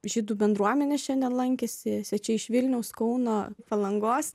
žydų bendruomenė šiandien lankėsi svečiai iš vilniaus kauno palangos